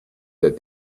that